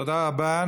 תודה רבה.